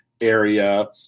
area